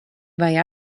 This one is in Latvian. vai